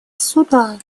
суда